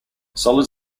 solid